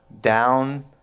down